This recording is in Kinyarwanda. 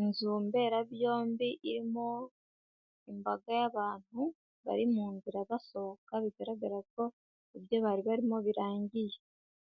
Inzu mberabyombi irimo imbaga y'abantu bari mu nzira basohoka bigaragara ko ibyo bari barimo birangiye,